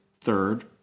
third